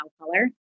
color